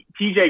TJ